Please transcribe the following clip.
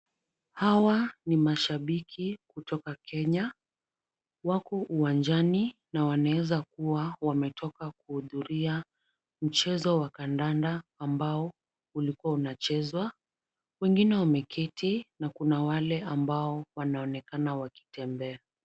Hawa ni mashabiki kutoka Kenya, wako uwanjani na wanaeza kuwa wametoka kuhudhuria mchezo wa kandanda ambao ulikuwa unachezwa, wengine wameketi na kuna wale ambao wanaonekana wakitembea.